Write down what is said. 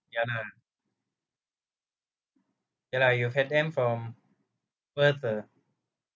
ya lah ya lah you have had them from birth uh